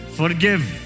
forgive